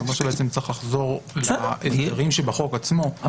בעצם צריך לחזור --- שבחוק עצמו --- בסדר.